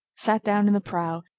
sat down in the prow,